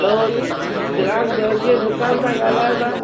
हलो चिराग दरिजीअ दुकान था ॻाल्हायो था